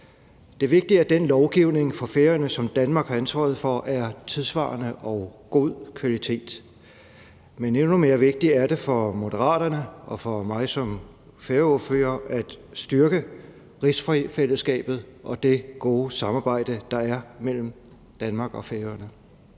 er vigtigt, at den lovgivning for Færøerne, som Danmark har ansvaret for, er tidssvarende og af god kvalitet. Men endnu mere vigtigt er det for Moderaterne og for mig som færøordfører at styrke rigsfællesskabet og det gode samarbejde, der er mellem Danmark og Færøerne.